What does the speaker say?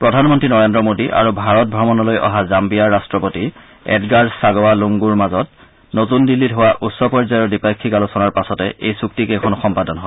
প্ৰধানমন্ত্ৰী নৰেন্দ্ৰ মোডী আৰু ভাৰত ভ্ৰমণলৈ অহা জান্নিয়াৰ ৰাট্টপতি এডগাৰ ছাগৱা লুংগুৰ মাজত নতুন দিল্লীত হোৱা উচ্চ পৰ্যায়ৰ দ্বিপাক্ষিক আলোচনাৰ পাছতে এই চুক্তি কেইখন সম্পাদন হয়